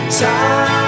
time